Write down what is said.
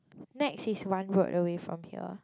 Nex is one road away from here